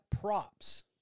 props